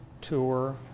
Tour